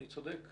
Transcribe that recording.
נכון?